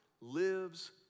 lives